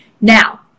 Now